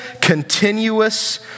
continuous